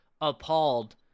appalled